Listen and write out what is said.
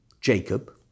Jacob